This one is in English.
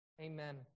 Amen